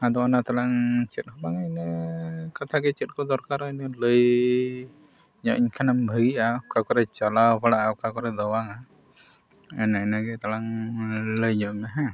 ᱟᱫᱚ ᱚᱱᱟ ᱛᱮᱞᱟᱝ ᱪᱮᱫᱦᱚᱸ ᱵᱟᱝᱟ ᱤᱱᱟᱹ ᱠᱟᱛᱷᱟᱜᱮ ᱪᱮᱫ ᱠᱚ ᱫᱚᱨᱠᱟᱨᱚᱜᱼᱟ ᱤᱱᱟᱹ ᱞᱟᱹᱭᱧᱚᱜ ᱟᱹᱧ ᱠᱷᱟᱱᱮᱢ ᱵᱷᱟᱜᱮᱜᱼᱟ ᱚᱠᱟ ᱠᱚᱨᱮ ᱪᱟᱞᱟᱣ ᱵᱟᱲᱟᱜᱼᱟ ᱚᱠᱟ ᱠᱚᱨᱮ ᱪᱟᱞᱟᱣ ᱵᱟᱲᱟ ᱚᱠᱟ ᱠᱚᱨᱮ ᱫᱚ ᱵᱟᱝᱟ ᱮᱱᱼᱤᱱᱟᱹᱜᱮ ᱛᱟᱞᱟᱝ ᱞᱟᱹᱭ ᱧᱚᱜᱟᱹᱧ ᱢᱮ ᱦᱮᱸ